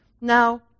Now